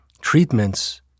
treatments